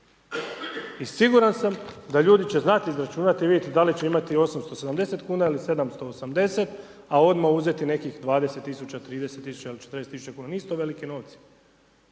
I siguran sam da ljudi će znati izračunati i vidjeti da li ćemo imati 870 kuna ili 780 a odmah uzeti nekih 20 000, 30 000 ili 40 000, nisu to veliki novci.